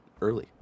early